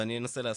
ואני אנסה להסביר.